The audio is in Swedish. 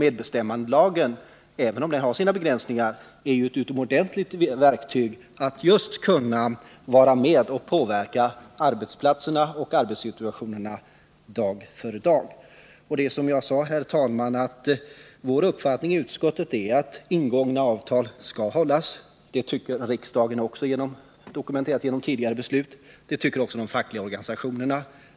Medbestämmandelagen, även om den har sina begränsningar, är ju ett utomordentligt verktyg just när det gäller de anställdas möjligheter att vara med och påverka förhållandena på arbetsplatserna och den dagliga arbetssituationen. Vår uppfattning är som sagt att ingångna avtal skall hållas. Det anser också riksdagen, vilket finns dokumenterat genom tidigare beslut. Det anser också de fackliga organisationerna.